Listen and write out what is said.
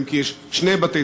אם כי יש שני בתי-דפוס.